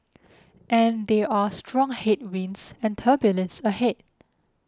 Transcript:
and there are strong headwinds and turbulence ahead